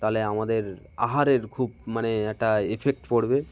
তাহলে আমাদের আহারের খুব মানে একটা এফেক্ট পড়বে